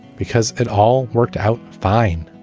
because it all worked out fine.